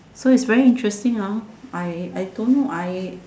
so it's very interesting hor I I don't know I